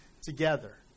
together